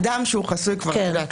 אדם שהוא חסוי את יודעת,